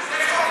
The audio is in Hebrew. שיהיו כמו